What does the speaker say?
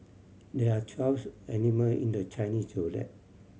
there are twelve animal in the Chinese Zodiac